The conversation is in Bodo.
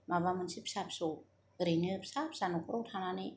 माबा मोनसे फिसा फिसौ ओरैनो फिसा फिसा न'खराव थानानै